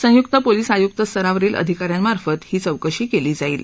संयुक्त पोलिस आयुक्त स्तरावरील अधिकाऱ्यांमार्फत ही चौकशी केली जाईल